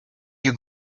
you